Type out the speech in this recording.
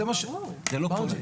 זה לא קורה.